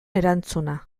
erantzuna